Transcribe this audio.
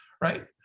right